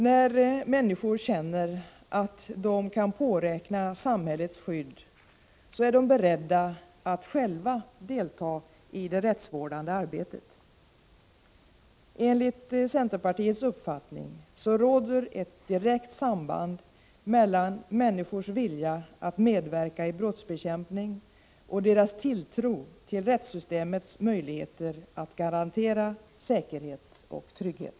När människor känner att de kan påräkna samhällets skydd är de beredda att själva delta i det rättsvårdande arbetet. Enligt centerpartiets uppfattning råder ett direkt samband mellan människors vilja att medverka i brottsbekämpning och deras tilltro till rättssystemets möjligheter att garantera säkerhet och trygghet.